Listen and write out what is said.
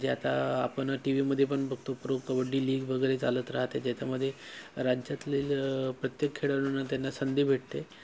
जे आता आपण टी व्हीमध्ये पण बघतो प्रो कबड्डी लीग वगैरे चालत राहते ज्याच्यामध्ये राज्यातील प्रत्येक खेळाडूंना त्यांना संधी भेटते